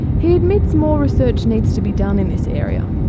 he admits more research needs to be done in this area.